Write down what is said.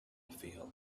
feel